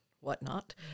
whatnot